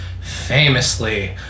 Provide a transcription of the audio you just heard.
famously